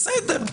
בסדר.